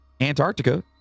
Antarctica